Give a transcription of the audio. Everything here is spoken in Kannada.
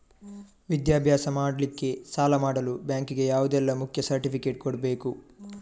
ವಿದ್ಯಾಭ್ಯಾಸ ಮಾಡ್ಲಿಕ್ಕೆ ಸಾಲ ಮಾಡಲು ಬ್ಯಾಂಕ್ ಗೆ ಯಾವುದೆಲ್ಲ ಮುಖ್ಯ ಸರ್ಟಿಫಿಕೇಟ್ ಕೊಡ್ಬೇಕು?